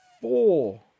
four